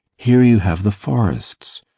here you have the forests,